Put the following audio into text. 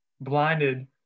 blinded